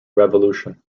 revolution